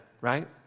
right